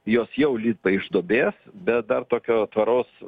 jos jau lipa iš duobės bet dar tokio tvaraus